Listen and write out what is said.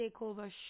Takeover